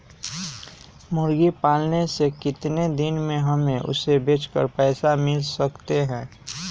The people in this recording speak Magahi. मुर्गी पालने से कितने दिन में हमें उसे बेचकर पैसे मिल सकते हैं?